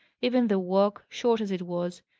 even the walk, short as it was,